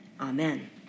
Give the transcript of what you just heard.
Amen